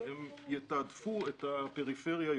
הם יתעדפו את הפריפריה.